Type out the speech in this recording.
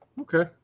Okay